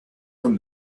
from